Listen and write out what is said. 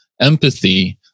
empathy